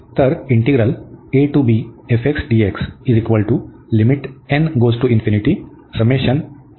तर इंटीग्रल ⁡